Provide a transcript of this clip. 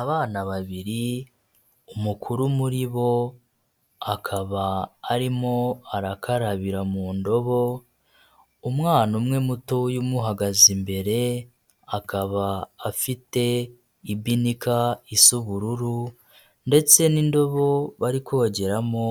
Abana babiri, umukuru muri bo akaba arimo arakarabira mu ndobo, umwana umwe mutoya umuhagaze imbere akaba afite ibinika isa ubururu ndetse n'indobo bari kogeramo